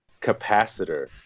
capacitor